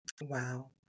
Wow